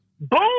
Boom